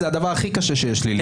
זה הדבר הכי קשה לי,